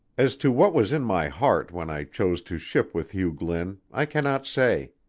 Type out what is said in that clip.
as to what was in my heart when i chose to ship with hugh glynn, i cannot say.